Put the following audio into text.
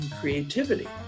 creativity